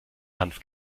hanf